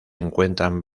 encuentran